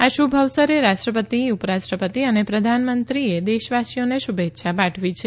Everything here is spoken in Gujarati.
આ શુભ અવસરે રાષ્ટ્રપતિ ઉપરાષ્ટ્રપતિ અને પ્રધાનમંત્રે દેશવાસીઓને શુભેચ્છા પાઠવી છે